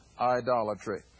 idolatry